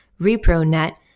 ReproNet